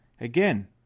again